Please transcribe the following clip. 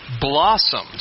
blossomed